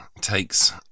takes